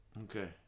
Okay